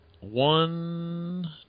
one